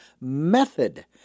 method